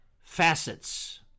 facets